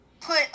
put